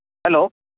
hello